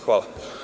Hvala.